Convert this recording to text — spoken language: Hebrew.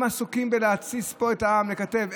הם עסוקים בלהתסיס פה את העם, לקטב.